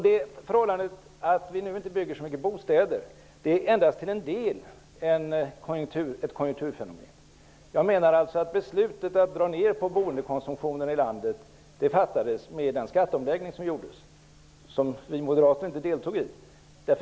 Det förhållandet att vi nu inte bygger så mycket bostäder är endast till en del ett konjunkturfenomen. Jag menar alltså att beslutet att dra ner på boendekonsumtionen i landet fattades med den skatteomläggning som gjordes och som vi moderater inte deltog i.